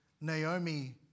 Naomi